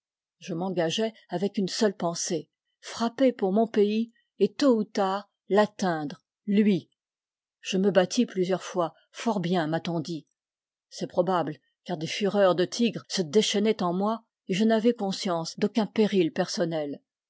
je m'engageai avec une seule pensée frapper pour mon pays et tôt ou tard l'atteindre lui je me battis plusieurs fois fort bien m'a-t-on dit c'est probable car des fureurs de tigre se déchaînaient en moi et je n'avais conscience d'aucun péril personnel